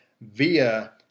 via